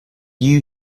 you